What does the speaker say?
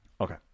Okay